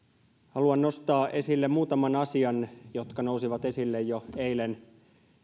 haluan nostaa esille muutaman asian jotka nousivat esille jo eilen